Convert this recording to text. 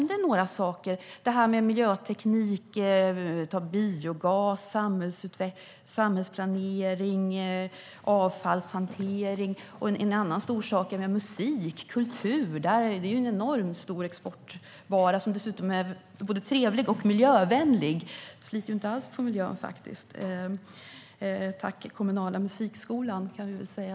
Det gäller miljöteknik, biogas, samhällsplanering och avfallshantering. En annan stor sak är musik och kultur som är en enormt stor exportvara, som dessutom är både trevlig och miljövänlig. Det sliter inte alls på miljön. Jag riktar ett tack till kommunala musikskolan.